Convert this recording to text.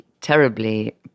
terribly